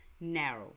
narrow